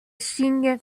signes